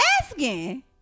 asking